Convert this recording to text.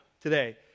today